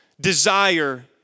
desire